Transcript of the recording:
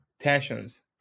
tensions